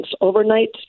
overnight